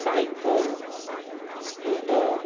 cycle scooter